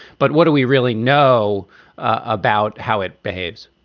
but what do we really know about how it behaves?